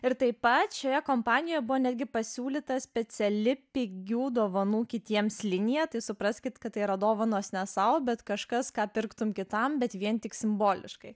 ir taip pat šioje kompanijo buvo netgi pasiūlyta speciali pigių dovanų kitiems linija tai supraskit kad tai yra dovanos ne sau bet kažkas ką pirktum kitam bet vien tik simboliškai